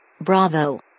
Bravo